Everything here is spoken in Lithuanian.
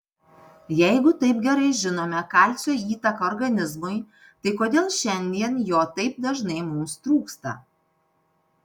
jeigu taip gerai žinome kalcio įtaką organizmui tai kodėl šiandien jo taip dažnai mums trūksta